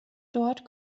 dort